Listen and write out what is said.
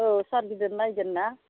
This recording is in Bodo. औ सार गिदिर नायगोनना